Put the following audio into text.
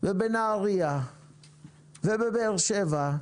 בנהריה ובבאר שבע,